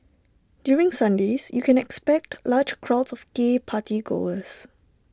during Sundays you can expect large crowds of gay party goers